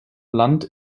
land